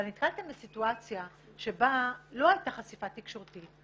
אבל נתקלתם בסיטואציה שבה לא הייתה חשיפה תקשורתית,